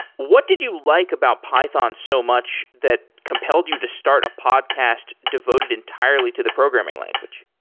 what did you like about python so much that compelled you to start a podcast devoted entirely to the programing language?